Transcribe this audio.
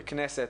ככנסת,